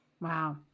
Wow